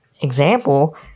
example